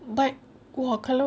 but !wah! kalau